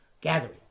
gathering